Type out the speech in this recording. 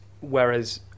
whereas